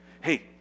Hey